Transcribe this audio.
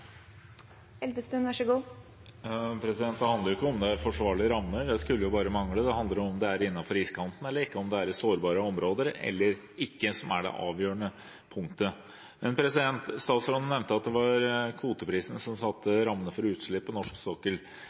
forsvarlige rammer – det skulle bare mangle – det er om det er innenfor iskanten eller ikke, om det er i sårbare områder eller ikke, som er det avgjørende punktet. Statsråden nevnte at det var kvoteprisen som satte rammene for utslipp på norsk sokkel.